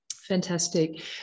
Fantastic